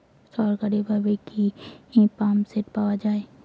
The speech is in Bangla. সরকারিভাবে কি পাম্পসেট পাওয়া যায়?